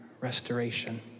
restoration